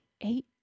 eight